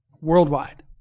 Worldwide